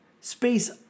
Space